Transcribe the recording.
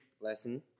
lesson